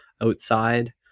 outside